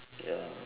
ya